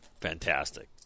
fantastic